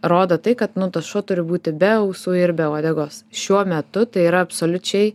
rodo tai kad nu tas šuo turi būti be ausų ir be uodegos šiuo metu tai yra absoliučiai